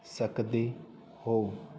ਸਕਦੇ ਹੋ